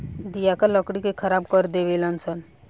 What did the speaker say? दियाका लकड़ी के खराब कर देवे ले सन